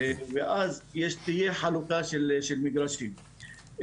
ואז תהיה חלוקה של מגרשים.